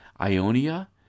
ionia